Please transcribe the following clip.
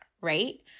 right